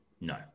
No